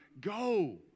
go